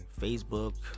Facebook